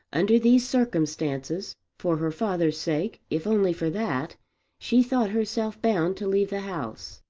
under these circumstances for her father's sake if only for that she thought herself bound to leave the house.